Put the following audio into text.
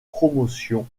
promotion